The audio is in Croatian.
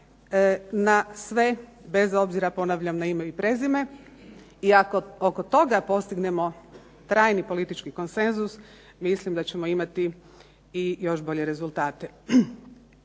na sve, bez obzira ponavljam na ime i prezime, i ako oko toga postignemo trajni politički konsenzus mislim da ćemo imati i još bolje rezultate.